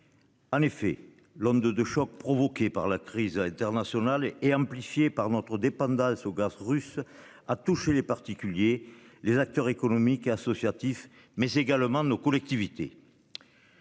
En effet, l'onde de choc provoquée par la crise internationale et amplifié par notre dépendance au gaz russe à toucher les particuliers, les acteurs économiques associatifs mais également nos collectivités.--